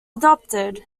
adopted